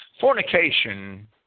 Fornication